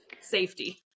safety